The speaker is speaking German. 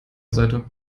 seite